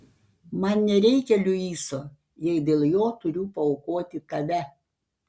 man nereikia luiso jei dėl jo turiu paaukoti tave